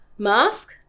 Mask